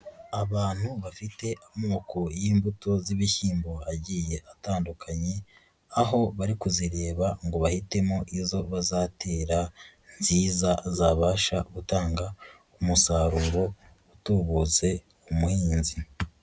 Abantu bafite amoko y'imbuto z'ibishyimbo agiye atandukanye, aho bari kuzireba ngo bahitemo izo bazatera nziza zabasha gutanga umusaruro utubutse umuhinzi.